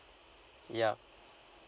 yup